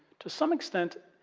to some extent,